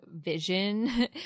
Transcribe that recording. vision